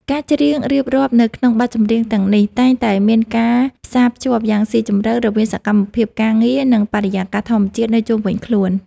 ការច្រៀងរៀបរាប់នៅក្នុងបទចម្រៀងទាំងនេះ តែងតែមានការផ្សារភ្ជាប់យ៉ាងស៊ីជម្រៅរវាងសកម្មភាពការងារ និងបរិយាកាសធម្មជាតិនៅជុំវិញខ្លួន។